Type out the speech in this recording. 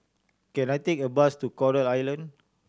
can I take a bus to Coral Island